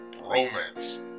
romance